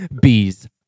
Bees